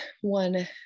one